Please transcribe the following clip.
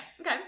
Okay